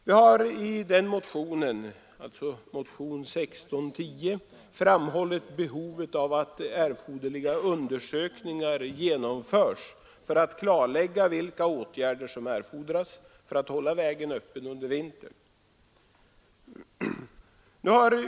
Vi har i motionen 1610 framhållit behovet av att erforderliga undersökningar genomförs för att klarlägga vilka åtgärder som erfordras för att hålla vägen öppen under vintern.